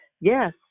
Yes